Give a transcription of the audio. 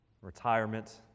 Retirement